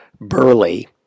Burley